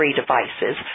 devices